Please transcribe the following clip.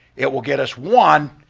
it will get us, one,